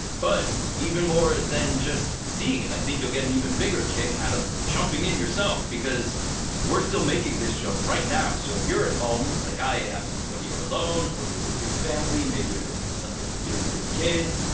but even more than just seeing it, i think you'll get an even bigger kick out of jumping in yourself because we're still making this show right now. so if you're at home like i am, whether you're alone or you're with your family, maybe you're looking for something to do with your kids,